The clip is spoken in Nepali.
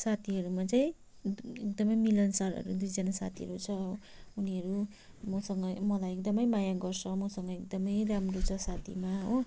साथीहरूमा चाहिँ एकदमै मिलनसारहरू दुईजना साथीहरू छ उनीहरू मसँग मलाई एकदमै माया गर्छ मसँग एकदमै राम्रो छ साथीमा हो